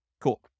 Cool